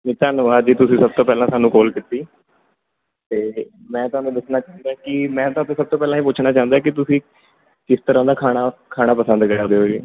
ਜੀ ਧੰਨਵਾਦ ਜੀ ਤੁਸੀਂ ਸਭ ਤੋਂ ਪਹਿਲਾਂ ਸਾਨੂੰ ਕਾਲ ਕੀਤੀ ਅਤੇ ਮੈਂ ਤੁਹਾਨੂੰ ਦੱਸਣਾ ਚਾਹੁੰਦਾ ਕਿ ਮੈਂ ਤੁਹਾਤੋਂ ਸਭ ਤੋਂ ਪਹਿਲਾਂ ਇਹ ਪੁੱਛਣਾ ਚਾਹੁੰਦਾ ਕਿ ਤੁਸੀਂ ਕਿਸ ਤਰ੍ਹਾਂ ਦਾ ਖਾਣਾ ਖਾਣਾ ਪਸੰਦ ਕਰਦੇ ਹੈਗੇ